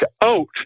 out